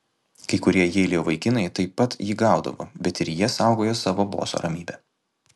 kai kurie jeilio vaikinai taip pat jį gaudavo bet ir jie saugojo savo boso ramybę